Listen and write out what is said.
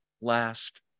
last